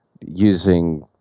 using